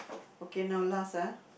okay now last ah